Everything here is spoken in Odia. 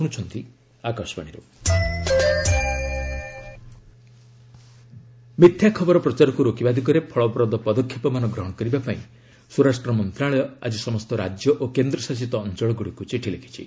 ଗଭ୍ ଫେକ୍ ନ୍ୟୁକ୍ ମିଥ୍ୟା ଖବର ପ୍ରଚାରକ୍ ରୋକିବା ଦିଗରେ ଫଳପ୍ରଦ ପଦକ୍ଷେପମାନ ଗ୍ରହଣ କରିବା ପାଇଁ ସ୍ୱରାଷ୍ଟ୍ର ମନ୍ତ୍ରଣାଳୟ ଆଜି ସମସ୍ତ ରାଜ୍ୟ ଓ କେନ୍ଦ୍ରଶାସିତ ଅଞ୍ଚଳଗୁଡ଼ିକୁ ଚିଠି ଲେଖିଛି